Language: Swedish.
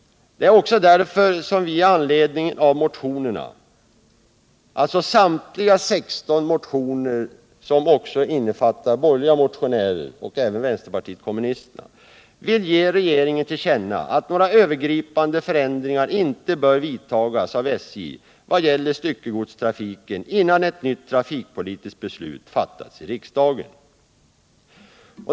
Det är också därför som vi i anledning av motionerna — samtliga 16 motioner, innefattande även motioner från de borgerliga och från vpk — vill ge regeringen till känna att några övergripande förändringar inte bör vidtas av SJ i vad gäller styckegodstrafiken, innan ett nytt trafikpolitiskt beslut fattats i riksdagen.